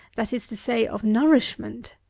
that is to say of nourishment,